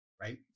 right